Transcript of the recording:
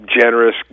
generous